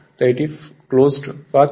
তাই এটি closed path হয়